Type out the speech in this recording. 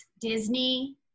Disney